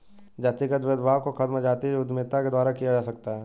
जातिगत भेदभाव को खत्म जातीय उद्यमिता के द्वारा किया जा सकता है